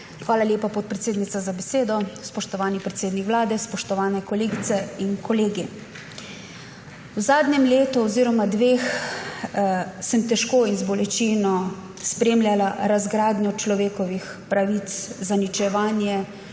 Hvala lepa, podpredsednica, za besedo. Spoštovani predsednik Vlade, spoštovane kolegice in kolegi! V zadnjem letu oziroma dveh sem težko in z bolečino spremljala razgradnjo človekovih pravic, zaničevanje,